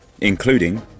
including